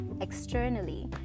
externally